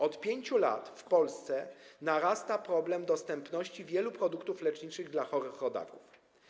Od 5 lat w Polsce narasta problem dostępności wielu produktów leczniczych dla chorych rodaków.